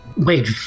Wait